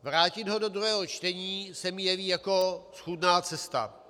Vrátit ho do druhého čtení se mi jeví jako schůdná cesta.